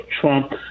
Trump